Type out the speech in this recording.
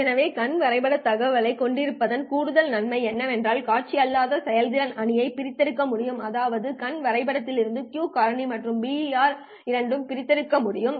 எனவே கண் வரைபடத் தகவலைக் கொண்டிருப்பதன் கூடுதல் நன்மை என்னவென்றால் காட்சி அல்லாத செயல்திறன் அணியை பிரித்தெடுக்க முடியும் அதாவது கண் வரைபடத்திலிருந்து Q காரணி மற்றும் BER இரண்டும் பிரித்தெடுக்க முடியும்